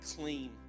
clean